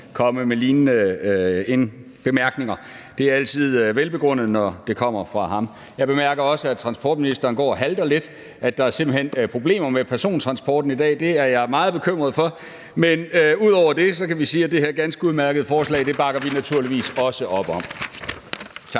komme med lignende bemærkninger. Det er altid velbegrundet, når det kommer fra ham. Jeg bemærker også, at transportministeren går og halter lidt – der er simpelt hen problemer med persontransporten i dag. Det er jeg meget bekymret for. Men ud over det kan vi sige, at det her ganske udmærkede forslag bakker vi naturligvis også op om. Tak.